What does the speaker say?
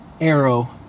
Arrow